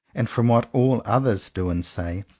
and from what all others do and say,